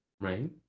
right